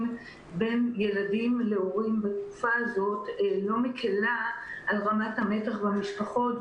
בין ילדים להורים בתקופה הזאת לא מקלה על רמת המתח במשפחות,